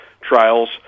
trials